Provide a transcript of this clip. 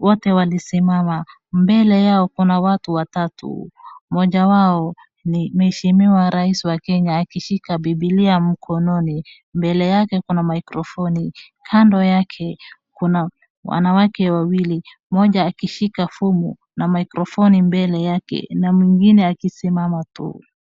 wote walisimama mbele yao kuna watu watatu mmoja wao ni mweshimiwa Raisi wa Kenya akishika Bibilia mkononi mbele yake kuna microphoni kando yake kuna wanawake wawili mmoja akishika fomu na microphoni mbele yake na mwingine akisimama tu.